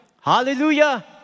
Hallelujah